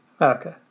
Okay